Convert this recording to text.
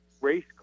race